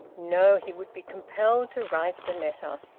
no, he would be compelled to write the letter.